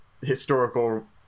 historical